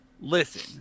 Listen